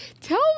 tell